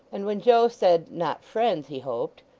and when joe said, not friends he hoped,